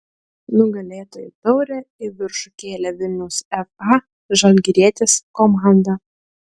nugalėtojų taurę į viršų kėlė vilniaus fa žalgirietis komanda